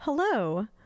Hello